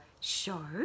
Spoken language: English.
show